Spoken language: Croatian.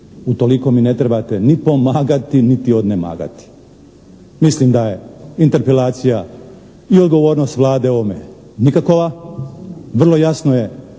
Utoliko mi ne trebate ni pomagati niti odnemagati. Mislim da je interpelacija i odgovornost Vlade o ovome nikakova, vrlo jasno je